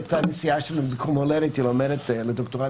את הנסיעה שלה לחוץ לארץ שם היא לומדת לדוקטורט